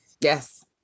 Yes